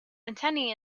antennae